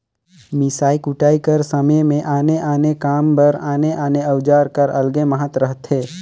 मिसई कुटई कर समे मे आने आने काम बर आने आने अउजार कर अलगे महत रहथे